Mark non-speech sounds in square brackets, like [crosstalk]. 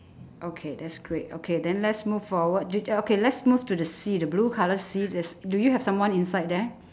okay that's great okay then let's move forward [noise] okay let's move to the sea the blue colour sea there's do you have someone inside there